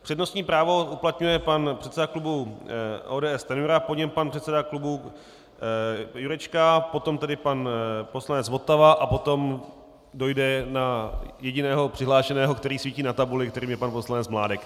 Přednostní právo uplatňuje pan předseda klubu ODS Stanjura, po něm pan předseda klubu Jurečka, potom tedy pan poslanec Votava a potom dojde na jediného přihlášeného, který svítí na tabuli a kterým je pan poslanec Mládek.